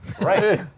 right